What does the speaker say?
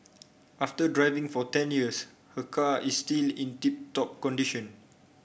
after driving for ten years her car is still in tip top condition